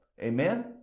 Amen